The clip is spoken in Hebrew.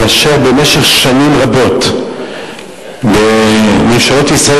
כאשר במשך שנים רבות ממשלות ישראל